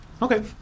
Okay